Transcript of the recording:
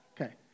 Okay